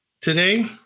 Today